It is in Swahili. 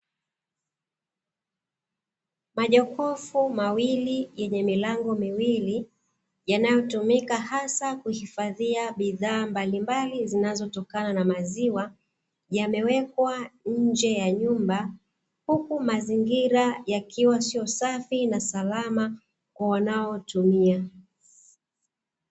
Majokofu mawili yenye milango miwili yanayotumika hasa kuhifadhia bidhaa mbalimbali zinazotokana na maziwa, yamewekwa nje ya nyumba huku mazingira yakiwa sio safi na salama kwa wanaotumia.